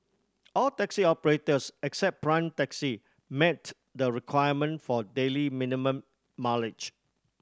all taxi operators except Prime Taxi met the requirement for daily minimum mileage